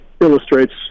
illustrates